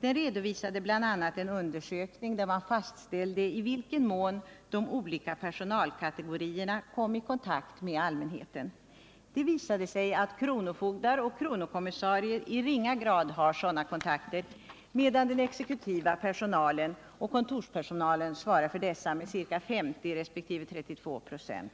Den redovisade bl.a. en undersökning, där man fastställde i vilken mån de olika personalkategorierna kommer i kontakt med allmänheten. Det visade sig att kronofogdar och kronokommissarier i ringa grad har sådana kontakter, medan den exekutiva personalen och kontorspersonalen svarar för dessa med ca 50 resp. 32 96.